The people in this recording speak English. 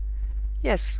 yes.